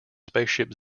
spaceship